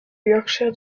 yorkshire